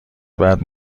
بعد